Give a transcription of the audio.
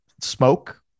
smoke